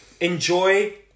Enjoy